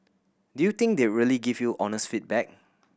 do you think they really give you honest feedback